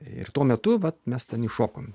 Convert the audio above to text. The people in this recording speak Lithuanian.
ir tuo metu vat mes ten įšokom